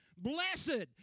Blessed